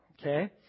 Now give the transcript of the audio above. Okay